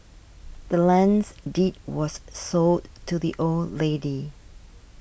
the land's deed was sold to the old lady